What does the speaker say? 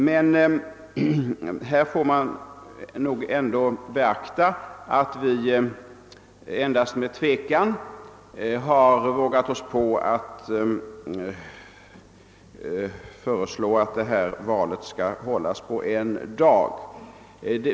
Men man får nog ändå beakta att vi endast med tvekan har vågat oss på att föreslå att dessa val skall hållas på en och samma dag.